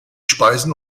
speisen